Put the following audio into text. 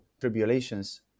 tribulations